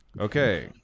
Okay